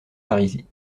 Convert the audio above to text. parisis